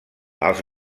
els